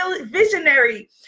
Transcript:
visionary